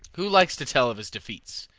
who likes to tell of his defeats?